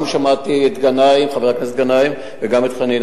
שמעתי גם את חבר הכנסת גנאים וגם את חנין.